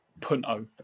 Punto